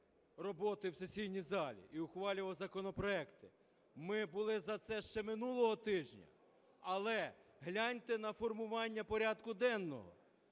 роботи в сесійній залі і ухвалював законопроекти. Ми були за це ще минулого тижня. Але гляньте на формування порядку денного: